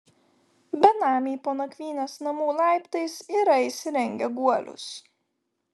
benamiai po nakvynės namų laiptais yra įsirengę guolius